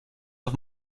auf